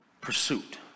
pursuit